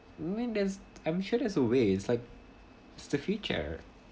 when there's I'm sure there's a ways like it's the future